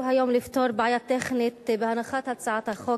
היום לפתור בעיה טכנית בהנחת הצעת החוק.